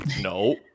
no